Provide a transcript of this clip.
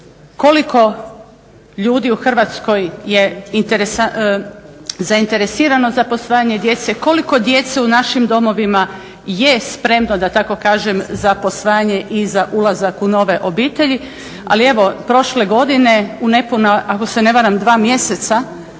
koliko ljudi u Hrvatskoj je zainteresirano za posvajanje djece, koliko djece u našim domovima je spremno da tako kažem za posvajanje i za ulazak u nove obitelji. Ali evo, prošle godine u nepuna, ako se ne varam, dva mjeseca